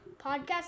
podcast